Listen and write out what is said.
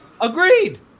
Agreed